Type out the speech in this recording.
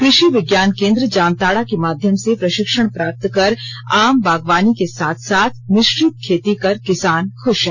कृषि विज्ञान केंद्र जामताड़ा के माध्यम से प्रशिक्षण प्राप्त कर आम बागवानी के साथ साथ मिश्रित खेती कर किसान खुश हैं